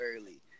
early